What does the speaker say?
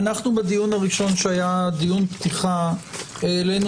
אנחנו בדיון הראשון שהיה דיון פתיחה העלינו